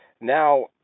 now